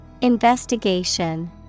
Investigation